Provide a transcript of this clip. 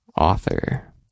Author